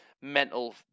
mental